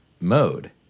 mode